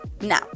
now